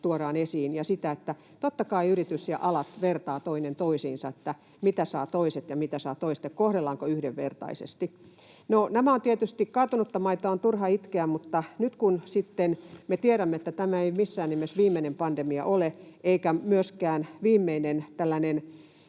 tuodaan esiin. Ja totta kai yritykset ja alat vertaavat toinen toisiinsa, että mitä saavat toiset ja mitä saavat toiset ja kohdellaanko yhdenvertaisesti. No, kaatunutta maitoa on turha itkeä, mutta nyt kun sitten me tiedämme, että tämä ei missään nimessä viimeinen pandemia ole eikä myöskään viimeinen tällainen